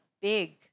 big